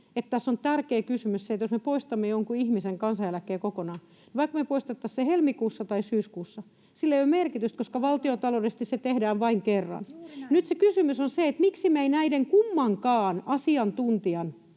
tässä on tärkeä kysymys se, että jos me poistamme jonkun ihmisen kansaneläkkeen kokonaan, niin poistettiin me se sitten helmikuussa tai syyskuussa, sillä ei ole merkitystä, koska valtiontaloudellisesti se tehdään vain kerran. Nyt se kysymys on, miksi me ei noudatettu näiden kummankaan asiantuntijan,